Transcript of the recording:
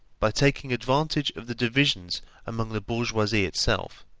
by taking advantage of the divisions among the bourgeoisie itself.